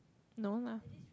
no lah